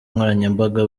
nkoranyambaga